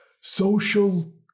social